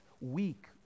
weak